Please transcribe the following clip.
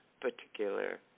particular